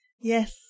Yes